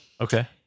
Okay